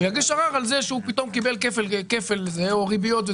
הוא יגיש ערר על זה שהוא פתאום קיבל כפל מס או ריביות.